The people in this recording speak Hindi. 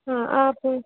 हाँ आप